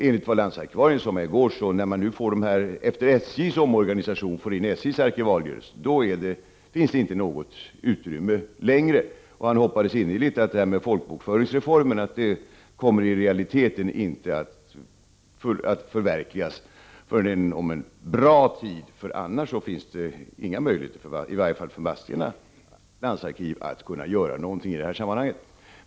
Enligt vad landsarkivarien sade mig i går, finns det inte något utrymme längre när man efter SJ:s omorganisation får in SJ:s arkivalier. Han hoppades innerligt att folkbokföringsreformen inte kommer att förverkligas i realiteten förrän om en bra tid. Annars finns det inga möjligheter, i varje fall inte för Vadstena landsarkiv, att göra någonting i detta sammanhang.